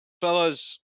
fellas